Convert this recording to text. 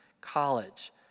college